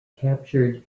captured